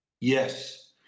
Yes